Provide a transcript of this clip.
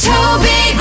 Toby